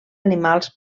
animals